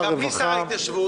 הרווחה --- מי שר ההתיישבות?